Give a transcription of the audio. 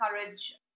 encourage